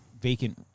vacant